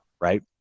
right